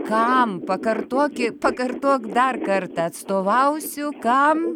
kam pakartoki pakartok dar kartą atstovausiu kam